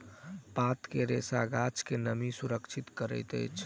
पात के रेशा गाछ के नमी सुरक्षित करैत अछि